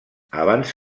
abans